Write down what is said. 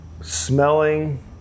smelling